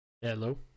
Hello